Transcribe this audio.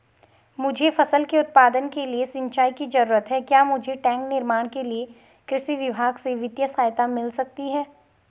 मुझे फसल के उत्पादन के लिए सिंचाई की जरूरत है क्या मुझे टैंक निर्माण के लिए कृषि विभाग से वित्तीय सहायता मिल सकती है?